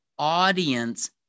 audience